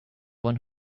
one